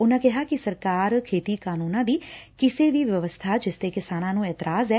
ਉਨਾਂ ਕਿਹਾ ਕਿ ਸਰਕਾਰ ਖੇਤੀ ਕਾਨੂੰਨਾਂ ਦੀ ਕਿਸੇ ਵੀ ਵਿਵਸਬਾ ਜਿਸ ਤੇ ਕਿਸਾਨਾਂ ਨੂੰ ਇਜਰਾਜ ਐ